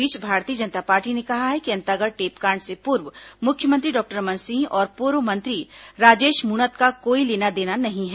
इस बीच भारतीय जनता पार्टी ने कहा है कि अंतागढ़ टेपकांड से पूर्व मुख्यमंत्री डॉक्टर रमन सिंह और पूर्व मंत्री राजेश मृणत का कोई लेना देना नहीं है